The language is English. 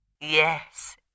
Yes